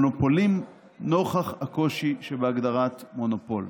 נוכח הקושי שבהגדרת מונופול.